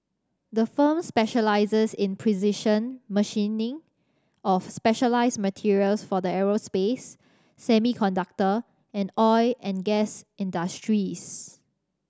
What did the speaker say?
the firm specialises in precision machining of specialised materials for the aerospace semiconductor and oil and gas industries